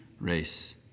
race